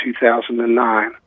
2009